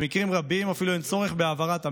במקרים רבים אפילו אין צורך בהעברת המסר,